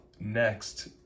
next